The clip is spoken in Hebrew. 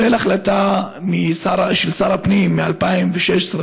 כולל החלטה של שר הפנים מ-2016,